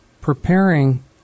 preparing